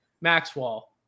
Maxwell